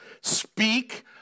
speak